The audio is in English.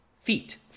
feet